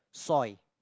soil